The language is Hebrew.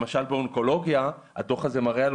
אז למשל באונקולוגיה הדוח הזה מראה על